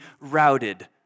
routed